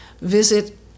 visit